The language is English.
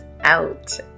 out